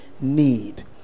need